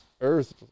earth